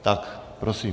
Tak prosím.